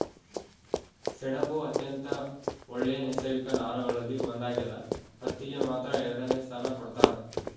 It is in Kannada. ಸೆಣಬು ಅತ್ಯಂತ ಒಳ್ಳೆ ನೈಸರ್ಗಿಕ ನಾರುಗಳಲ್ಲಿ ಒಂದಾಗ್ಯದ ಹತ್ತಿಗೆ ಮಾತ್ರ ಎರಡನೆ ಸ್ಥಾನ ಕೊಡ್ತಾರ